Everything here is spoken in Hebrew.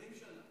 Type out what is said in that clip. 20 שנה.